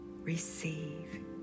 receive